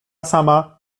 sama